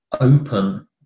open